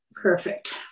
Perfect